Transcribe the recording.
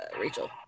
Rachel